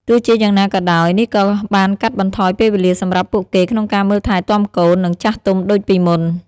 ទោះជាយ៉ាងណាក៏ដោយ នេះក៏បានកាត់បន្ថយពេលវេលាសម្រាប់ពួកគេក្នុងការមើលថែទាំកូន និងចាស់ទុំដូចពីមុន។